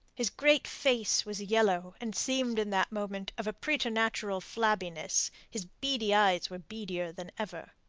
his great face was yellow and seemed in that moment of a preternatural flabbiness his beady eyes were beadier than ever.